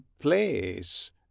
place